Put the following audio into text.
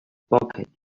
pocket